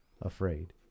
afraid